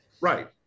Right